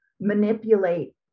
manipulate